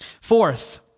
Fourth